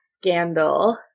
scandal